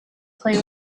play